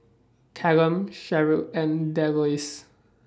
Callum Sherrill and Delois